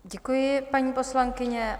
Děkuji, paní poslankyně.